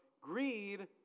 Greed